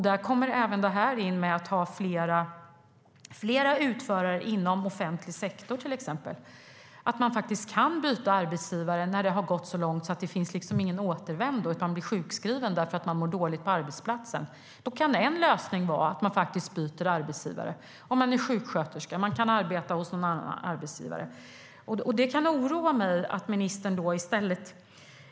Där kommer möjligheten till flera utförare inom till exempel offentlig sektor in. Man skulle kunna byta arbetsgivare när det gått så långt att det inte finns någon återvändo utan man blir sjukskriven för att man mår dåligt på arbetsplatsen. Då kan en lösning vara att byta arbetsgivare om man till exempel är sjuksköterska.